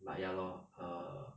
but ya lor err